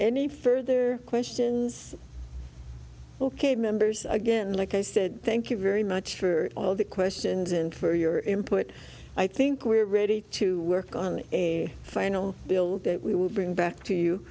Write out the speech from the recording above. any further questions ok members again like i said thank you very much for all the questions and for your input i think we're ready to work on a final bill that we will bring back to